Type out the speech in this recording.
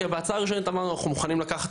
בהצעה הראשונית אנחנו אמרנו שאנחנו מוכנים לקחת